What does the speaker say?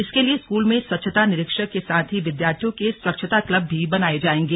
इसके लिए स्कूल में स्वच्छता निरीक्षक के साथ ही विद्यार्थियों के स्वच्छता क्लब भी बनाये जाएंगे